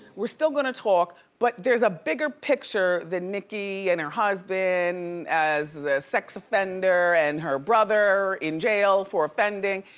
we're still gonna talk but there's a bigger picture than nicki and her husband as a sex offender and her brother in jail for offending.